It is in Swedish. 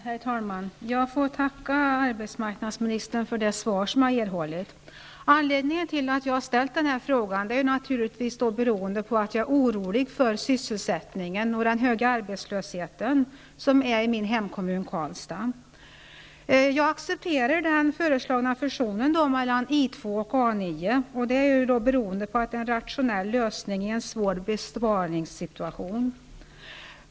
Herr talman! Jag får tacka arbetsmarknadsministern för det svar som jag erhållit. Anledningen till att jag ställt den här frågan är naturligtvis att jag är orolig för sysselsättningen och den höga arbetslösheten inom min hemkommun Karlstad. Jag accepterar den föreslagna fusionen mellan I 2 och A 9, beroende på att det är en rationell lösning i en svår besparingssituation.